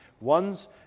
ones